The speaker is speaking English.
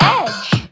edge